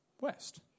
west